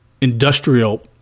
industrial